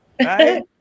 right